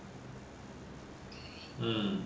hmm